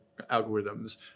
algorithms